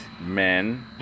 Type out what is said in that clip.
Men